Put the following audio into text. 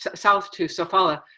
south to sofala,